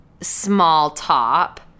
small-top